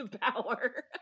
power